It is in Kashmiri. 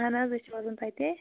اَہَن حظ أسۍ چھِ روزان تَتی